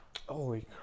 Holy